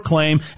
claim